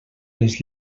les